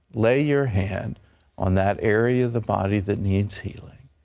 lay your hand on that area of the body that needs healing.